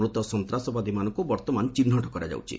ମୃତ ସନ୍ତାସବାଦୀମାନଙ୍କୁ ବର୍ତ୍ତମାନ ଚିହ୍ନଟ କରାଯାଉଛି